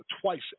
twice